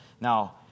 Now